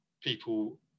people